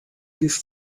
gift